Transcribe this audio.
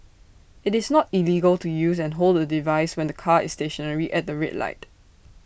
IT is not illegal to use and hold A device when the car is stationary at the red light